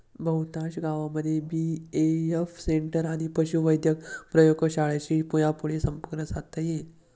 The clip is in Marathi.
बहुतांश गावांमध्ये बी.ए.एफ सेंटर आणि पशुवैद्यक प्रयोगशाळांशी यापुढं संपर्क साधता येईल